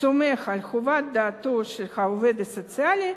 סומך על חוות דעתו של העובד הסוציאלי,